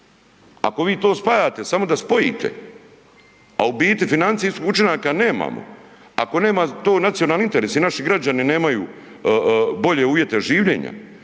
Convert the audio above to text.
Ako vi to spajate samo da spojite, a u biti financijskih učinaka nemamo, ako nema to nacionalni interes i naši građani nemaju bolje uvijete življenja